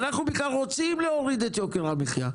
ואנחנו בכלל רוצים להוריד את יוקר המחיה.